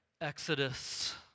Exodus